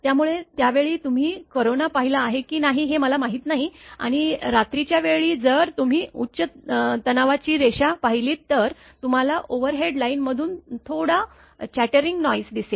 त्यामुळे त्यावेळी तुम्ही कोरोना पाहिला आहे की नाही हे मला माहीत नाही आणि रात्रीच्या वेळी जर तुम्ही उच्च तणावाची रेषा पाहिलीत तर तुम्हाला ओव्हरहेड लाईनमधून थोडा चैटरिंग नॉइस दिसेल